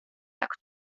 tak